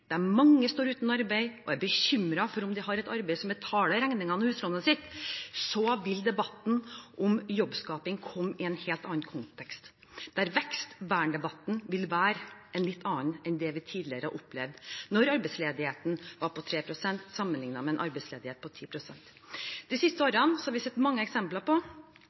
mange står uten arbeid og er bekymret for om de kommer til å ha et arbeid som betaler regningene og huslånet, vil debatten om jobbskaping komme i en helt annen kontekst, der vekst/vern-debatten vil være en litt annen enn det vi opplevde da arbeidsledigheten var på 3 pst., ikke 10 pst. De siste årene har vi sett mange eksempler på